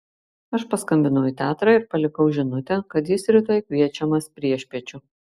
aš paskambinau į teatrą ir palikau žinutę kad jis rytoj kviečiamas priešpiečių